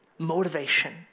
motivation